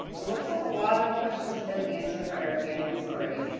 it looks like a lot of questions have been answered by our panelists already.